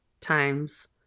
times